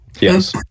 Yes